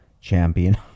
champion